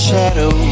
shadow